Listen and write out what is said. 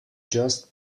just